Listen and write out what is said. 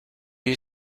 you